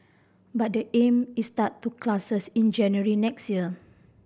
but the aim is start to classes in January next year